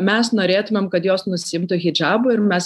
mes norėtumėm kad jos nusiimtų hidžabą ir mes